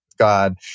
God